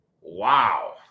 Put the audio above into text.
Wow